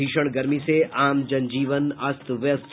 भीषण गर्मी से आम जन जीवन अस्त व्यस्त